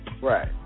Right